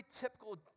typical